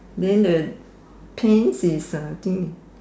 then the pants is uh I think it's